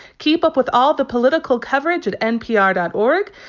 keep up with all the political coverage at npr dot org,